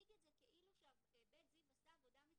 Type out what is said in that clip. להציג את זה כאילו ש'בית זיו' עשה עבודה מצוינת,